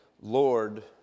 Lord